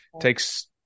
takes